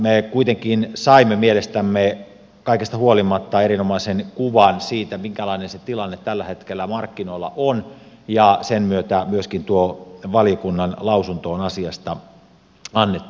me kuitenkin saimme mielestämme kaikesta huolimatta erinomaisen kuvan siitä minkälainen se tilanne tällä hetkellä markkinoilla on ja sen myötä myöskin tuo valiokunnan lausunto on asiasta annettu